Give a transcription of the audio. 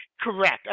correct